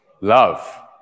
love